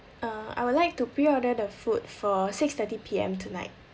uh I would like to preorder the food for six thirty P_M tonight